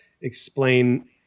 explain